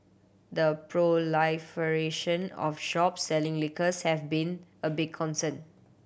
the proliferation of shops selling liquors have been a big concern